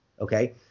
okay